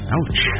Ouch